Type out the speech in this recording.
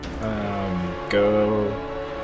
go